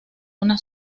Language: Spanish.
una